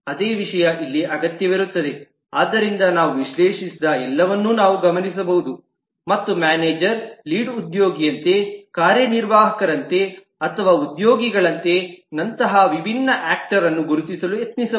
ಅದೇ ವಿಷಯ ಇಲ್ಲಿ ಅಗತ್ಯವಿರುತ್ತದೆ ಆದ್ದರಿಂದ ನಾವು ವಿಶ್ಲೇಷಿಸಿದ ಎಲ್ಲವನ್ನು ನಾವು ಗಮನಿಸಬಹುದು ಮತ್ತು ಮ್ಯಾನೇಜರ್ ಲೀಡ್ ಉದ್ಯೋಗಿಯಂತೆ ಕಾರ್ಯನಿರ್ವಾಹಕರಂತೆ ಅಥವಾ ಉದ್ಯೋಗಿಗಳಂತೆ ನಂತಹ ವಿಭಿನ್ನ ಆಕ್ಟರ್ರನ್ನು ಗುರುತಿಸಲು ಯತ್ನಿಸಬಹುದು